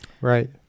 Right